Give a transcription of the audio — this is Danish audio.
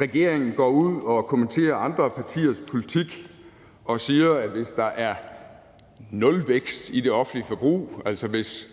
regeringen går ud og kommenterer andre partiers politik og siger, at hvis der er nulvækst i det offentlige forbrug, altså hvis